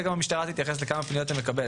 לזה גם המשטרה תתייחס ותגיד כמה פניות היא מקבלת,